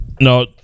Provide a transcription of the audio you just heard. no